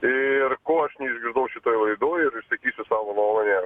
ir ko aš neišgirdau šitoj laidoj išsakysiu savo nuomonę